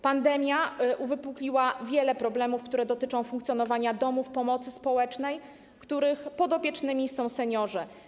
Pandemia uwypukliła wiele problemów, które dotyczą funkcjonowania domów pomocy społecznej, których podopiecznymi są seniorzy.